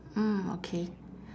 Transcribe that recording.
mm okay